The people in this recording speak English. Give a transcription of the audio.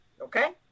okay